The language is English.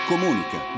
Comunica